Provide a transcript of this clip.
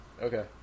Okay